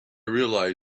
realized